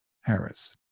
Harris